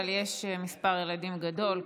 אבל יש מספר ילדים גדול,